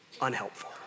unhelpful